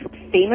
Famous